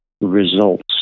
results